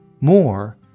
More